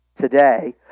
today